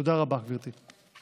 תודה רבה, גברתי.